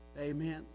Amen